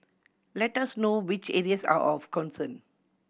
let us know which areas are of concern